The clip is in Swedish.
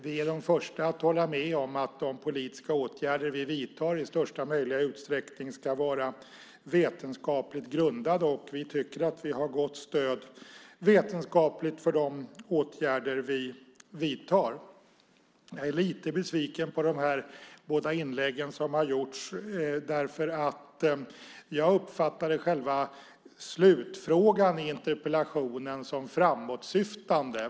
Vi är de första att hålla med om att de politiska åtgärder vi vidtar i största möjliga utsträckning ska vara vetenskapligt grundade. Vi tycker att vi har gott stöd vetenskapligt för de åtgärder vi vidtar. Jag är lite besviken på de båda inläggen. Jag uppfattade själva slutfrågan i interpellationen som framåtsyftande.